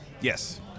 Yes